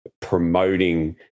promoting